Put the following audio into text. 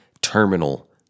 terminal